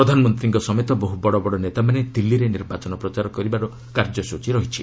ପ୍ରଧାନମନ୍ତ୍ରୀଙ୍କ ସମେତ ବହୁ ବଡ଼ ବଡ଼ ନେତାମାନେ ଦିଲ୍ଲୀରେ ନିର୍ବାଚନ ପ୍ରଚାର କରିବାର କାର୍ଯ୍ୟସ୍ଚୀ ରହିଛି